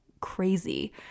crazy